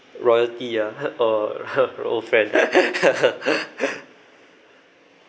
royalty ah or old friend